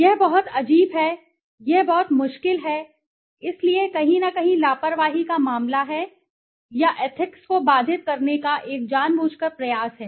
यह बहुत अजीब है यह बहुत मुश्किल है इसलिए कहीं न कहीं लापरवाही का मामला है या एथिक्स को बाधित करने का एक जानबूझकर प्रयास है